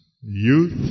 youth